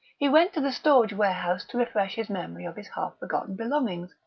he went to the storage warehouse to refresh his memory of his half-forgotten belongings,